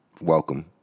welcome